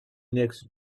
next